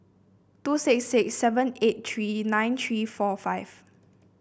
two six six seven eight three nine three four five